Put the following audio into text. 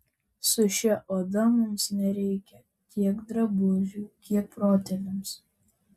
su šia oda mums nereikia tiek drabužių kiek protėviams